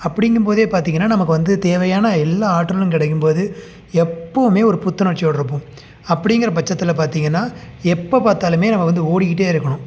அப்படிங்கும் போது பார்த்திங்கன்னா நமக்கு வந்து தேவையான எல்லா ஆற்றலும் கிடைக்கும் போது எப்போவுமே ஒரு புத்துணர்ச்சியோடய இருப்போம் அப்படிங்கிற பட்சத்தில் பார்த்திங்கன்னா எப்போ பார்த்தாலுமே நம்ம வந்து ஓடிக்கிட்டு இருக்கணும்